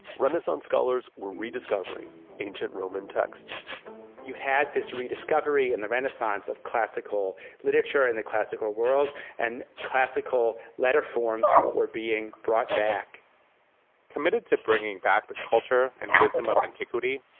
renaissance scholars were rediscovering ancient roman texts you had this rediscovery and the renaissance of classical literature and the classical world and classical letterforms were being brought back committed to bringing back the culture and wisdom of antiquity,